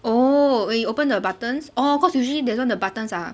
oh when you open the buttons orh cause usually they know the buttons ah